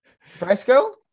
Fresco